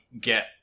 get